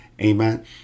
Amen